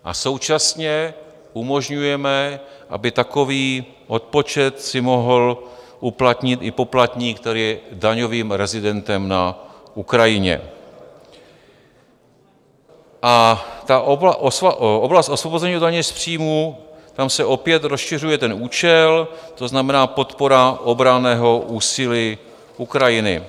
A současně umožňujeme, aby takový odpočet si mohl uplatnit i poplatník, který je daňovým rezidentem na Ukrajině, a oblast osvobození od daně z příjmů, tam se opět rozšiřuje ten účel, to znamená podpora obranného úsilí Ukrajiny.